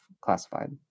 classified